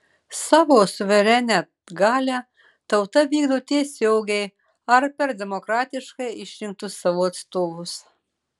savo suverenią galią tauta vykdo tiesiogiai ar per demokratiškai išrinktus savo atstovus